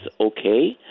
okay